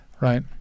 right